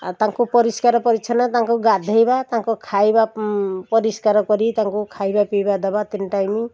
ଆ ତାଙ୍କୁ ପରିଷ୍କାର ପରିଚ୍ଛନ୍ନ ତାଙ୍କୁ ଗାଧୋଇବା ତାଙ୍କ ଖାଇବା ପରିଷ୍କାର କରି ତାଙ୍କୁ ଖାଇବା ପିଇବା ଦେବା ତିନି ଟାଇମ୍